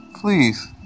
please